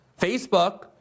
Facebook